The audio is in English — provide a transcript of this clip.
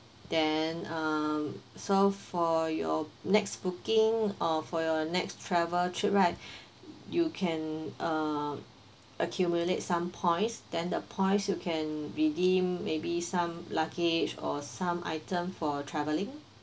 then um so for your next booking or for your next travel trip right you can uh accumulate some points then the price you can redeem maybe some luggage or some items for travelling